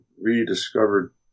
rediscovered